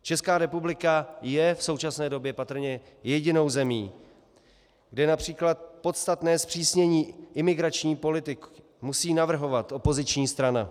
Česká republika je v současné době patrně jedinou zemí, kde například podstatné zpřísnění imigrační politiky musí navrhovat opoziční strana.